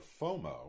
FOMO